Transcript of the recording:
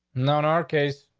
no, in our case,